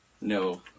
No